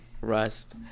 Rust